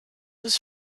was